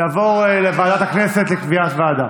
יעבור לוועדת הכנסת לקביעת ועדה.